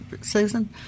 Susan